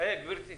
גברתי,